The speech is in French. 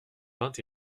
vingt